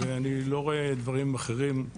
ואני לא רואה דברים נוספים,